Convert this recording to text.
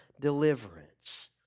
deliverance